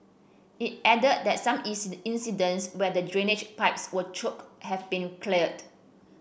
it added that some incidents where the drainage pipes were choked have been cleared